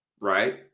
right